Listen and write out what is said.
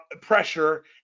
pressure